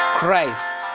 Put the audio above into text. Christ